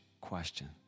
question